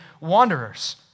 wanderers